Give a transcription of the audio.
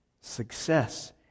Success